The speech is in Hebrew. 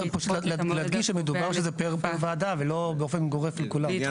להדגיש שמדובר שזה פר ועדה ולא באופן גורף לכולם.